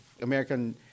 American